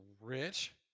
rich